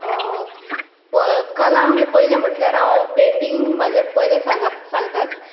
कला म्हणल्यार पयलें म्हणल्यार हांव पँटींग म्हजें पयलें सांग सागंतात